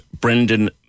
Brendan